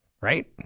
right